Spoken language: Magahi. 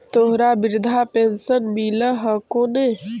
तोहरा वृद्धा पेंशन मिलहको ने?